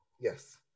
Yes